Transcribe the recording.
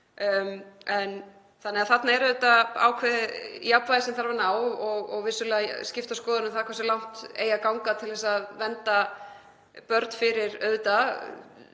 sínum. Þarna er auðvitað ákveðið jafnvægi sem þarf að ná og vissulega skiptar skoðanir um það hversu langt eigi að ganga til að vernda börn fyrir, auðvitað